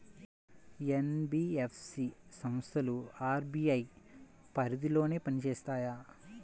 NBFC సంస్థలు RBI పరిధిలోనే పని చేస్తాయా?